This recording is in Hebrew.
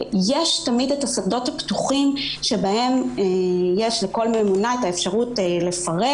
יש תמיד שדות פתוחים שבהם כל ממונה יכולה לפרט